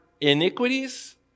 iniquities